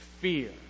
fear